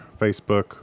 Facebook